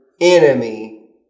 enemy